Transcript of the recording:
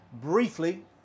Briefly